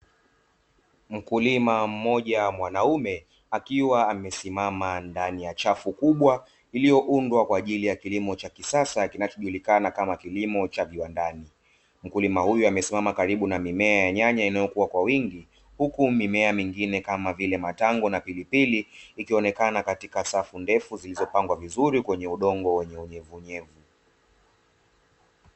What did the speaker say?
Mkulima mmoja mwanaume akiwa amesimama ndani ya chafu kubwa iliyoundwa kwa ajili ya kilimo cha kisasa kinacho julikana Kama kilimo cha viwandani. Mkulima huyu amesimama karibu na mimea ya nyanya inayokua kwa wingi, huku mimea mingine kama vile matango na pilipili ikionekana katika safu iliyopangwa vizuri kwenye udongo wa unyevu nyevu.